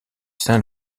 saint